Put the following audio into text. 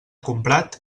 comprat